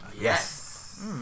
Yes